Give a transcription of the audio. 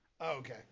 Okay